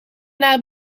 naar